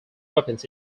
weapons